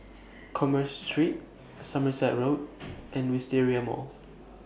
Commerce Street Somerset Road and Wisteria Mall